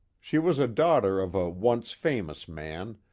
she was a daughter of a once famous man,